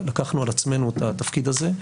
לקחנו על עצמנו את התפקיד הזה,